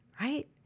right